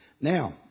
Now